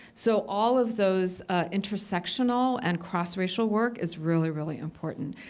so all of those intersectional and cross-racial work is really, really important.